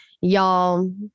Y'all